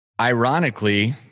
ironically